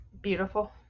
Beautiful